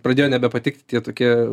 pradėjo nebepatikti tie tokie